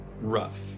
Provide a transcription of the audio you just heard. rough